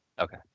Okay